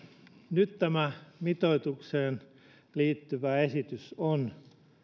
nyt tämä mitoitukseen liittyvä esitys on